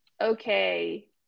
okay